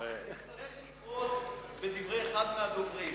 זה יצטרך לקרות בדברי אחד מהדוברים.